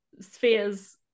spheres